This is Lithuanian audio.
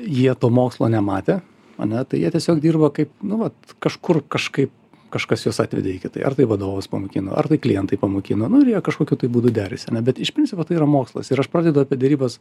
jie to mokslo nematę ane tai jie tiesiog dirba kaip nu vat kažkur kažkaip kažkas juos atvedė iki tai ar tai vadovas pamokino ar tai klientai pamokino nu ir jie kažkokiu būdu derasi ane bet iš principo tai yra mokslas ir aš pradedu apie derybas